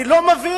אני לא מבין.